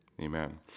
Amen